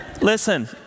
listen